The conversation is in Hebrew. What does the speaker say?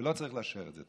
ולא צריך לאשר את זה.